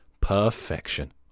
Perfection